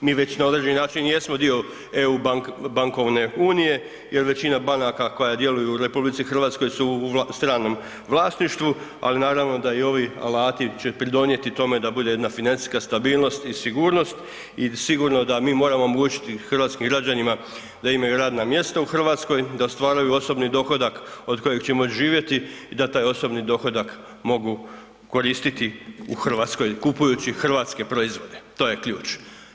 Mi već na određeni način jesmo dio eu bankovne unije jer većina banaka koja djeluje u RH u stranom vlasništvu, ali naravno da i ovi alati će pridonijeti tome da bude jedna financijska stabilnost i sigurnost i sigurno da mi moramo omogućiti hrvatskim građanima da imaju radna mjesta u Hrvatskoj, da ostvaruju osobni dohodak od kojeg će moći živjeti i da taj osobni dohodak mogu koristiti u Hrvatskoj kupujući hrvatske proizvode, to je ključ.